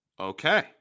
Okay